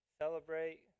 Celebrate